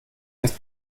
ist